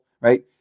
right